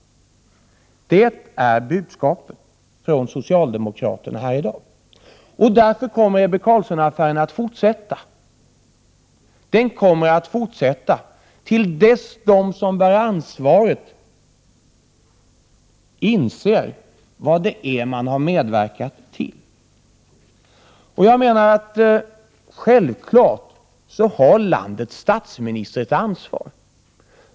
Det är, som sagt, budskapet från socialdemokraterna här i dag. Därför kommer Ebbe Carlsson-affären att fortsätta till dess att de som bär ansvaret inser vad de har medverkat till. Självfallet har landets statsminister ett ansvar.